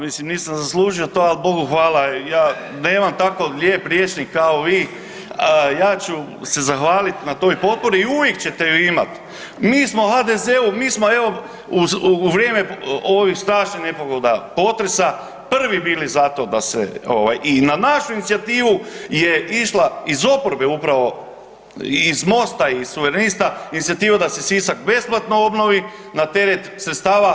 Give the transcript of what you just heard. Mislim nisam zaslužio to, ali Bogu hvala, ja nemam takav lijep rječnik kao vi, ja ću se zahvaliti na toj potpori i uvijek ćete ju imati mi smo HDZ-u, mi smo evo u vrijeme ovih strašnih nepogoda potresa prvi bili za to da se i na našu inicijativu je išla iz oporbe upravo iz Mosta, iz Suverenista inicijativa da se Sisak besplatno obnovi na teret sredstava.